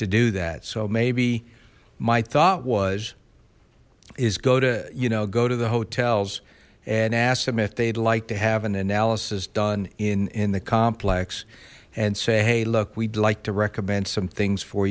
to do that so maybe my thought was is go to you know go to the hotels and ask them if they'd like to have an analysis done in in the complex and say hey look we'd like to recommend some things for